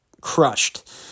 crushed